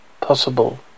possible